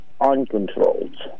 uncontrolled